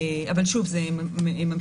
אבל זה ממשיך.